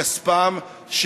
מכספם,